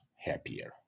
happier